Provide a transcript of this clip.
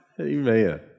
Amen